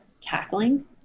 tackling